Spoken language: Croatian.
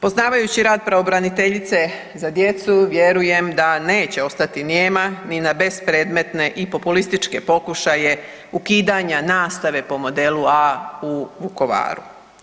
Poznavajući rad pravobraniteljice za djecu, vjerujem da neće ostati nijema ni na bespredmetne i populističke pokušaje ukidanja nastave po modelu A u Vukovaru.